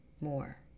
more